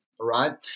right